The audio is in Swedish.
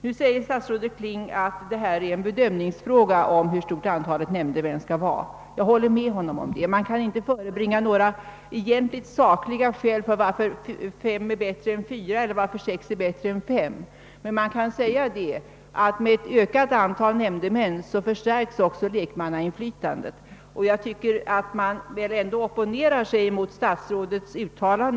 Nu säger statsrådet Kling att det är en bedömningsfråga hur stort antalet nämndemän skall vara. Jag håller med om det. Man kan inte förebringa några sakskäl för att fem är bättre än fyra eller att sex är bättre än fem, men man kan säga att lekmannainflytandet förstärks med ökat antal nämndemän.